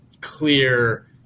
clear